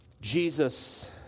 Jesus